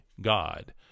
God